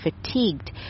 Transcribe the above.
fatigued